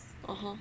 (uh huh)